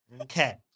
Okay